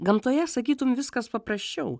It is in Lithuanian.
gamtoje sakytum viskas paprasčiau